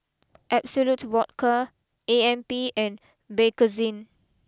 absolut Vodka A M P and Bakerzin